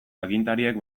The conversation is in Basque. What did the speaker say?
agintariek